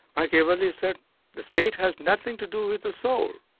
machiavelli said the state has nothing to do with the soul.